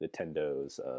Nintendo's